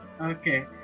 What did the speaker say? Okay